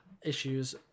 issues